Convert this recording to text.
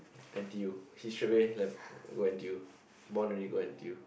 N_T_U he straightaway left go N_T_U bond already go N_T_U